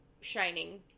Shining